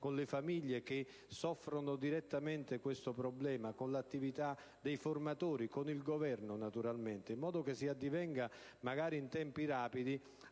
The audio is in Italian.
con le famiglie che soffrono direttamente questo problema, con le attività dei formatori e con il Governo, in modo che si addivenga in tempi rapidi